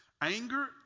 Anger